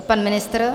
Pan ministr?